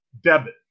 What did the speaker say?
debit